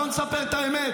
אז בוא נספר את האמת.